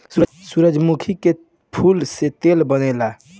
सूरजमुखी के फूल से तेल बनेला